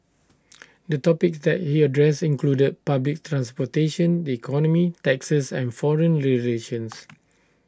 the topics that he addressed included public transportation the economy taxes and foreign relations